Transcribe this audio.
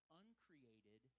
uncreated